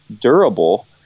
durable